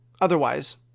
otherwise